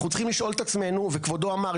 אנחנו צריכים לשאול את עצמנו וכבודו אמר,